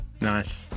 Nice